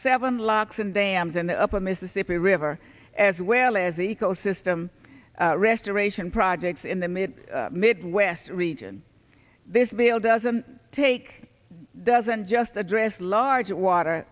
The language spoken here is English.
seven locks and dams in the upper mississippi river as well as ecosystem restoration projects in the mid midwest region this bill doesn't take doesn't just address large water